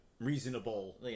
reasonable